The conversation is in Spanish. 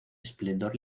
esplendor